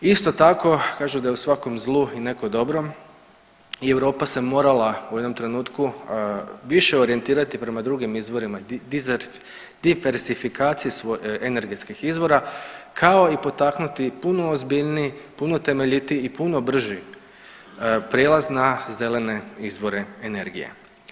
Isto tako kažu da je u svakom zlu i neko dobro i Europa se morala u jednom trenutku više orijentirati prema drugim izvorima diversifikaciji energetskih izvora kao i potaknuti puno ozbiljniji, puno temeljiti i puno brži prijelaz na zelene izvore energije.